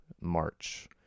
March